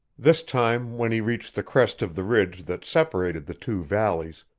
this time when he reached the crest of the ridge that separated the two valleys,